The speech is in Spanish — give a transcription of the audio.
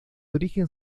origen